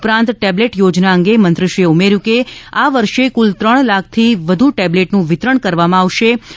ઉપરાંત ટેબલેટ યોજના અંગે મંત્રીશ્રીએ ઉમેર્યુ હતુ કે આ વર્ષ કુલ ત્રણ લાખથી વધિ ટેબલેટનું વિતરણ કરવામા આવેછે